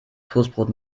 toastbrot